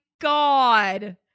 God